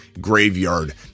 graveyard